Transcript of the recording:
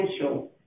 Essential